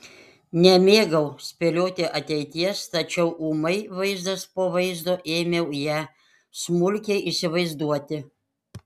nemėgau spėlioti ateities tačiau ūmai vaizdas po vaizdo ėmiau ją smulkiai įsivaizduoti